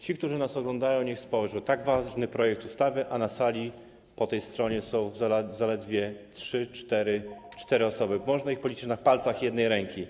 Ci, którzy nas oglądają, niech spojrzą: tak ważny projekt ustawy, a na sali po tej stronie są zaledwie trzy, cztery osoby, można je policzyć na palcach jednej ręki.